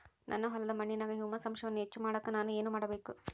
ನನ್ನ ಹೊಲದ ಮಣ್ಣಿನಾಗ ಹ್ಯೂಮಸ್ ಅಂಶವನ್ನ ಹೆಚ್ಚು ಮಾಡಾಕ ನಾನು ಏನು ಮಾಡಬೇಕು?